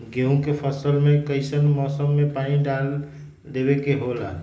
गेहूं के फसल में कइसन मौसम में पानी डालें देबे के होला?